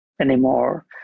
anymore